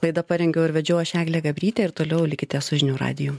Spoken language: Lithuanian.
laidą parengiau ir vedžiau aš eglė gabrytė ir toliau likite su žinių radijum